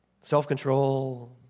self-control